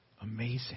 Amazing